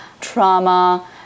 trauma